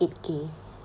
eight K